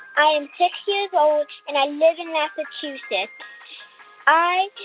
i am six years old. and i live in massachusetts. i